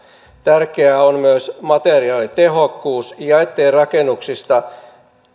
tärkeää on myös materiaalitehokkuus ja se ettei rakennuksista